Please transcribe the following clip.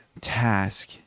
task